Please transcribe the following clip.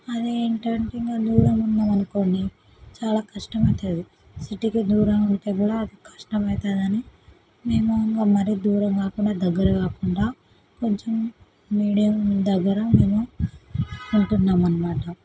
అది ఏంటంటే మనం దూరం ఉన్నాము అనుకోండీ చాలా కష్టం అవుతుంది సిటీకి దూరంగా ఉంటే కూడా అది కష్టం అవుతుంది అని మేము ఇంకా మరీ దూరం కాకుండా మరీ దగ్గర కాకుండా కొంచెం మీడియం దగ్గర మేము ఉంటున్నాము అన్నమాట